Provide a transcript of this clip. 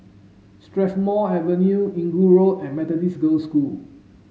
Strathmore Avenue Inggu Road and Methodist Girls' School